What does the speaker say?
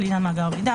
לעניין מאגר מידע,